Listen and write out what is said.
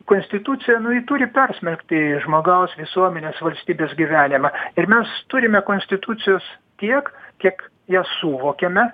konstitucija nu ji turi persmelkti į žmogaus visuomenės valstybės gyvenimą ir mes turime konstitucijos tiek kiek ją suvokiame